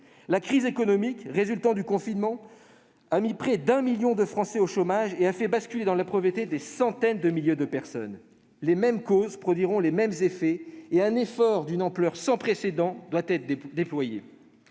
La crise économique résultant du confinement du printemps a mis près d'un million de Français au chômage et fait basculer dans la pauvreté des centaines de milliers de personnes. Les mêmes causes produiront les mêmes effets et un effort d'une ampleur sans précédent doit être déployé.